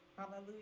Hallelujah